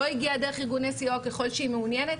הגיע דרך ארגוני הסיוע או ככל שהיא מעוניינת.